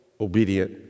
obedient